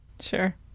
Sure